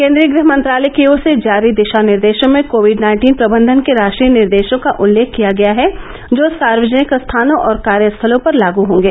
केन्द्रीय गृह मंत्रालय की ओर से जारी दिशा निर्देशों में कोविड नाइन्टीन प्रंबधन के राष्ट्रीय निर्देशों का उल्लेख किया गया है जो सार्वजनिक स्थानों और कार्यस्थलों पर लागू होंगे